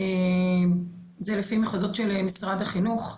זה לפי מחוזות של משרד החינוך.